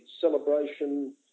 celebration